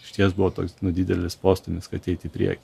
išties buvo toks didelis postūmis kad eit į priekį